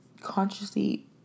consciously